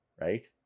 right